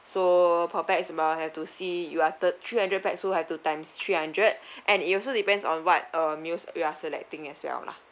so per pax but I have to see you are third three hundred pax so have to times three hundred and it also depends on what uh meals you are selecting as well lah